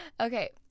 Okay